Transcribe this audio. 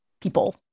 people